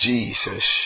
Jesus